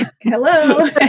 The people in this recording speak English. Hello